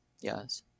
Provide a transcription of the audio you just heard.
Yes